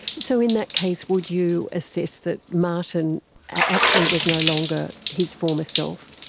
so in that case would you assess that martin actually was no longer his former self?